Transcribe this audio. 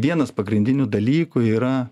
vienas pagrindinių dalykų yra